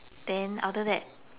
then after that